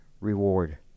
reward